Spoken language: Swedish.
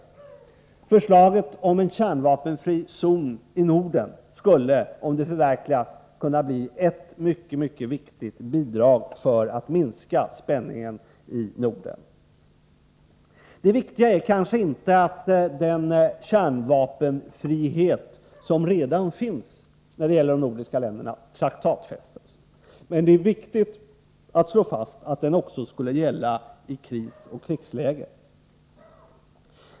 Förverkligandet av förslaget om en kärnvapenfri zon i Norden skulle kunna bli ett mycket viktigt bidrag till att minska spänningen i Norden. Det viktigaste är kanske inte att den kärnvapenfrihet som redan finns när det gäller de nordiska länderna traktatfästs, men det är viktigt att slå fast att den också skall gälla i krisoch krigslägen.